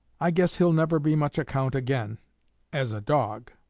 i guess he'll never be much account again as a dog.